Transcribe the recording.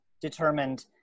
determined